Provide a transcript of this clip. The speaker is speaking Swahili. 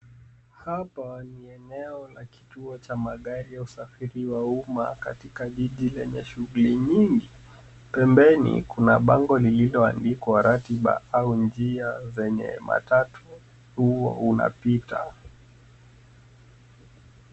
Hapa ni eneo la kituo cha magari ya usafiri wa umma katika jiji lenye shughuli nyingi. Pembeni kuna bango lililoandikwa ratiba au njia zenye matatu huwa unapita.